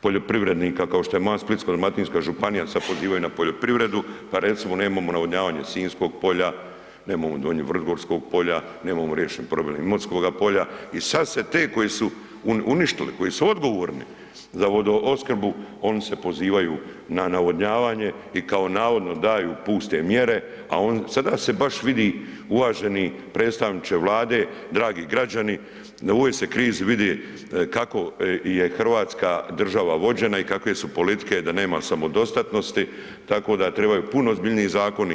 poljoprivrednika kao što je moja Splitsko-dalmatinska županija sad pozivaju na poljoprivredu pa recimo nemamo navodnjavanje Sinjskog polja, nemamo Donje vrgorskog polja, nemamo riješen problem Imotskoga polja i sad se ti koji su uništili koji su odgovorni za vodoopskrbu oni se pozivaju na navodnjavanje i kao navodno daju puste mjere, a sada se baš vidi uvaženi predstavniče Vlade, dragi građani, u ovoj se krizi vidi kako je Hrvatska država vođena i kakve su politike da nema samodostatnosti, tako da trebaju puno ozbiljniji zakoni.